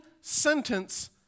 sentence